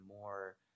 more